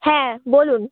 হ্যাঁ বলুন